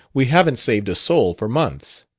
we haven't saved a soul for months.